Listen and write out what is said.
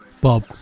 Bob